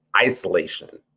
isolation